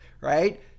right